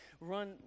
run